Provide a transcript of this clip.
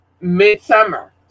midsummer